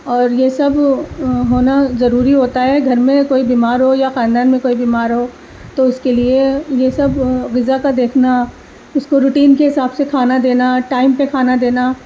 اور یہ سب ہونا ضروری ہوتا ہے گھر میں کوئی بیمار ہو یا خاندان میں کوئی بیمار ہو تو اس کے لیے یہ سب غذا کا دیکھنا اس کو روٹین کے حساب سے کھانا دینا ٹائم پہ کھانا دینا